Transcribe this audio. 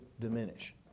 diminish